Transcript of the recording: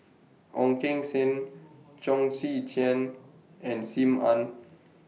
Ong Keng Sen Chong Tze Chien and SIM Ann